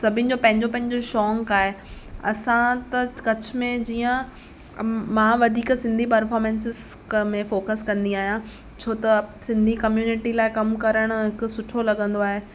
सभिनि जो पंहिंजो पंहिंजो शौंक़ु आहे असां त कच्छ में जीअं मां वधीक सिंधी पर्फ़ोर्मेंसिस में फ़ोकस कंदी आहियां छो त सिंधी कम्यूनिटी लाहे कम करण हिक सुठो लगंदो आहे